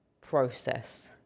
process